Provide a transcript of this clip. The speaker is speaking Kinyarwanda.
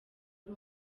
ari